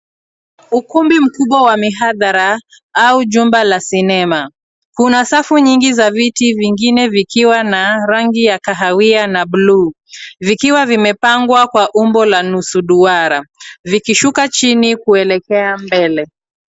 Ukumbi mkubwa wa mihadhara au jumba la sinema. Kuna safu nyingi za viti, vingine vikiwa na rangi ya kahawia na buluu, vimepangwa kwa umbo la nusu duara, vikishuka chini kuelekea mbele.